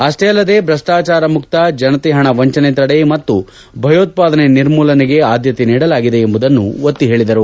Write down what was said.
ಅಷ್ಷೇ ಅಲ್ಲದೆ ಭ್ರಷ್ಟಾಚಾರ ಮುಕ್ತ ಜನತೆಯ ಹಣ ವಂಚನೆ ತಡೆ ಮತ್ತು ಭಯೋತ್ಪಾದನೆ ನಿರ್ಮೂಲನೆಗೆ ಆದ್ಯತೆ ನೀಡಲಾಗಿದೆ ಎಂಬುದನ್ನು ಒತ್ತಿ ಹೇಳಿದರು